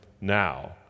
now